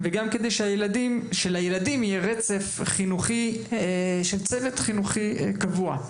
וגם כדי לייצר לילדים רצף של צוות חינוכי קבוע.